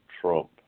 Trump